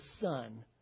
son